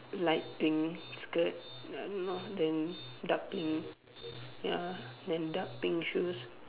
light pink skirt uh not then dark pink ya then dark pink shoes